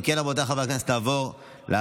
אם כן, רבותיי חברי הכנסת, נעבור להצבעה.